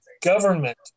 government